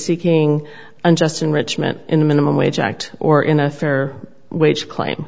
seeking unjust enrichment in minimum wage act or in a fair wage claim